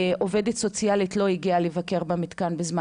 עובדת סוציאלית לא הגיעה לבקר במתקן בזמן